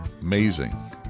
amazing